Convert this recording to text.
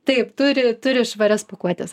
taip turi turi švarias pakuotes